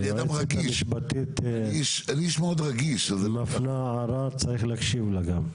היועצת המשפטית מפנה הערה, צריך להקשיב לה גם.